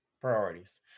priorities